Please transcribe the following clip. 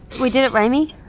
we did it remi!